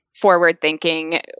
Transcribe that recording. forward-thinking